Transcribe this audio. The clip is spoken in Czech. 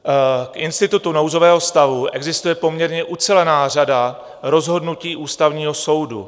K institutu nouzového stavu existuje poměrně ucelená řada rozhodnutí Ústavního soudu.